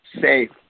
safe